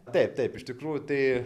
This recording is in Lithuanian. taip taip iš tikrųjų tai